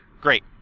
Great